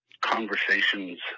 conversations